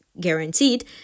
guaranteed